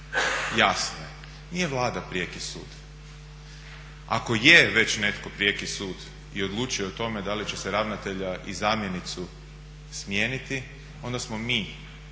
jasne. Nije Vlada prijeki sud. Ako je već netko prijeki sud i odlučuje o tome da li će se ravnatelja i zamjenicu smijeniti, onda smo mi